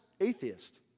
Atheist